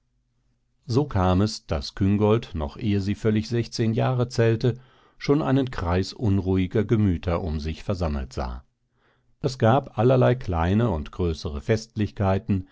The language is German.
so kam es daß küngolt noch ehe sie völlig sechzehn jahre zählte schon einen kreis unruhiger gemüter um sich versammelt sah es gab allerlei kleine und größere festlichkeiten